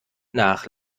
nach